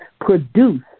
produce